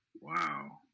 Wow